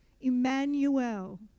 Emmanuel